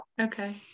Okay